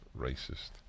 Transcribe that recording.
Racist